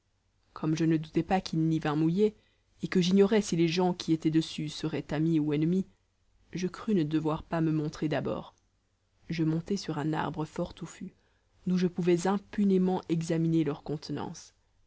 comme je ne doutais pas qu'il n'y vînt mouiller et que j'ignorais si les gens qui étaient dessus seraient amis ou ennemis je crus ne devoir pas me montrer d'abord je montai sur un arbre fort touffu d'où je pouvais impunément examiner leur contenance